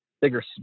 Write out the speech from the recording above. bigger